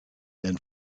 than